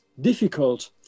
difficult